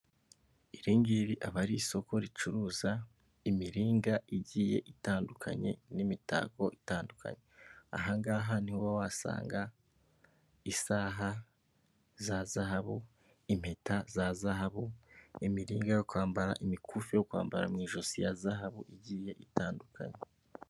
Iri ngiri aba ari isoko ricuruza imiringa igiye itandukanye, n'imitako itandukanye ahangaha niho uba wasanga isaha za zahabu, impeta za zahabu, imiringa yo kwambara, imikufi yo kwambara mu ijosi ya zahabu igiye itandukanyekanye.